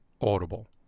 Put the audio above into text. Audible